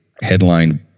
headline